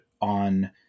on